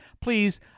please